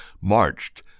marched